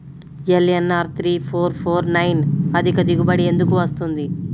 LNR three four four four nine అధిక దిగుబడి ఎందుకు వస్తుంది?